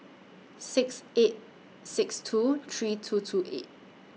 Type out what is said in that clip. six eight six two three two two eight